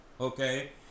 Okay